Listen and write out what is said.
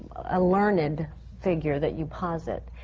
a learned figure that you posit,